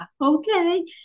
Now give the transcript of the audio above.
okay